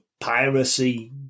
piracy